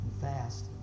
fast